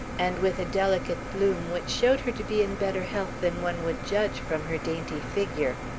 and with a delicate bloom which showed her to be in better health than one would judge from her dainty figure.